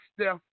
Steph